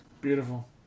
Beautiful